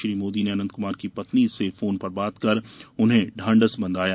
श्री मोदी ने अनंत कुमार की पत्नि से फोन पर बात कर उन्हें ढांढस बंधाया